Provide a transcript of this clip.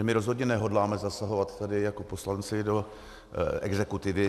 My rozhodně nehodláme zasahovat tady jako poslanci do exekutivy.